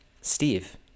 Steve